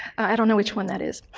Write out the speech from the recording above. i don't know which one that is.